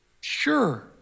sure